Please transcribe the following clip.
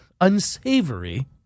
unsavory